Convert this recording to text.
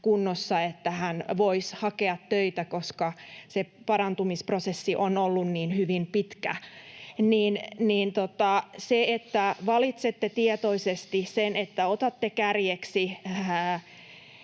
kunnossa, että voisi hakea töitä, koska se parantumisprosessi on ollut niin hyvin pitkä. Te valitsette tietoisesti, että otatte kärjeksi